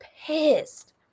pissed